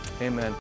Amen